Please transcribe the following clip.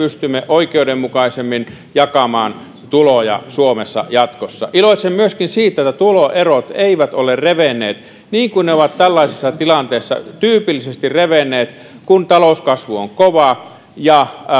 pystymme oikeudenmukaisemmin jakamaan tuloja suomessa jatkossa iloitsen myöskin siitä että tuloerot eivät ole revenneet niin kuin ne ovat tyypillisesti tällaisessa tilanteessa revenneet kun talouskasvu on kova ja